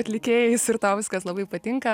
atlikėjais ir tau viskas labai patinka